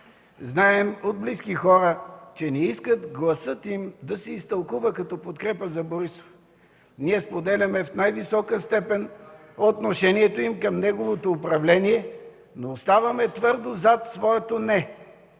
Знаем от близки хора, че не искат гласът им да се изтълкува като подкрепа за Борисов. Ние споделяме в най-висока степен отношението им към неговото управление, но оставаме твърдо зад своето „не”.